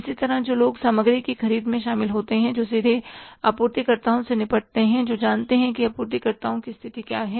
इसी तरह जो लोग सामग्री की ख़रीद में शामिल होते हैं जो सीधे आपूर्तिकर्ताओं से निपटते हैं जो जानते हैं कि आपूर्तिकर्ताओं की स्थिति क्या है